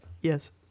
Yes